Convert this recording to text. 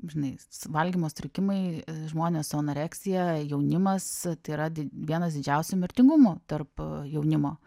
žinai valgymo sutrikimai žmonės su anoreksija jaunimas tai yra di vienas didžiausių mirtingumų tarp jaunimo